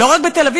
לא רק בתל-אביב,